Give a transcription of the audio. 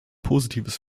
positives